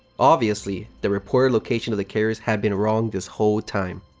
obviously, the reported location of the carriers had been wrong this whole time.